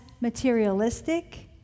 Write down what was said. materialistic